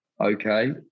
okay